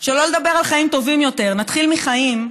שלא לדבר על חיים טובים יותר, נתחיל מחיים,